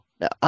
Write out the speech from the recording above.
no